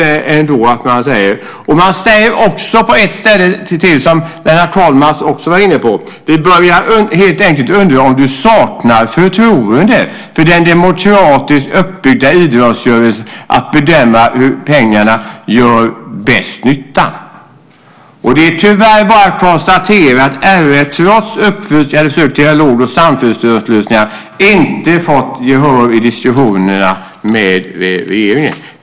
Man säger också på ett ställe, som Lennart Kollmats var inne på: Vi börjar helt enkel undra om du saknar förtroende för den demokratiskt uppbyggda idrottsrörelsen att bedöma hur pengarna gör bäst nytta. Det är tyvärr bara att konstatera att RIF trots upprepade försök till dialog och samförståndslösningar inte fått gehör i diskussionerna med regeringen.